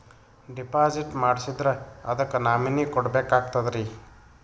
Deposit ಮಾಡ್ಸಿದ್ರ ಅದಕ್ಕ nominee ಕೊಡಬೇಕಾಗ್ತದ್ರಿ?